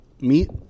meet